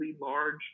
large